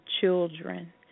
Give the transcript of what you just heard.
children